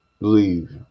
Leave